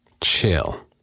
Chill